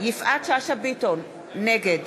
יפעת שאשא ביטון, נגד